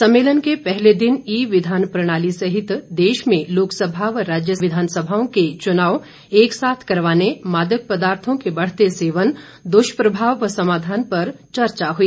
सम्मेलन के पहले दिन ई विधान प्रणाली सहित देश में लोकसभा व राज्य विधानसभाओं के चुनाव एक साथ करवाने मादक पदार्थों के बढ़ते सेवन दुष्प्रभाव व समाधान पर चर्चा हुई